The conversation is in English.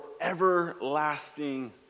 everlasting